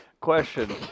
Question